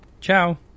Ciao